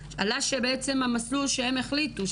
שהמסלול שהם החליטו,